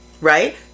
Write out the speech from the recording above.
Right